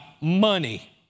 money